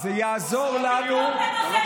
זה יעזור לנו,